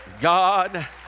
god